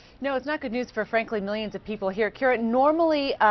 no, it's not good news for, frankly, millions of people here. kyra, normally